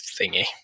thingy